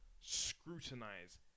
Scrutinize